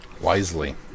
wisely